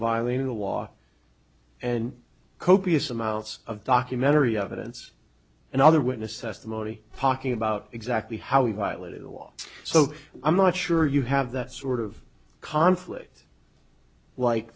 violating the law and copious amounts of documentary evidence and other witness testimony pocking about exactly how he violated the law so i'm not sure you have that sort of conflict like